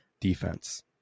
defense